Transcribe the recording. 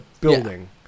building